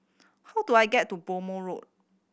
how do I get to Road